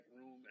room